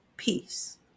Peace